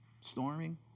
storming